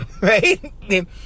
Right